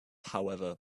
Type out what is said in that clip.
however